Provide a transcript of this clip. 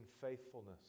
faithfulness